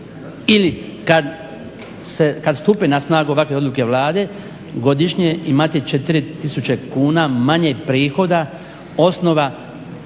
ili kad stupe na snagu ovakve odluke Vlade godišnje imati 4000 kuna manje prihoda osnova